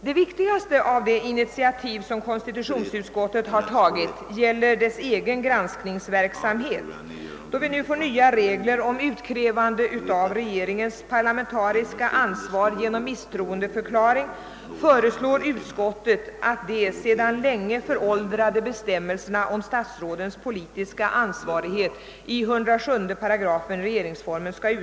Det viktigaste av de initiativ konstitutionsutskottet har tagit gäller utskottets egen granskningsverksamhet. Då vi nu får nya regler för utkrävande av regeringens parlamentariska ansvar genom misstroendeförklaring, föreslår utskottet att de sedan länge föråldrade bestämmelserna om statsrådens politiska ansvar skall utgå ur 8 107 regeringsformen.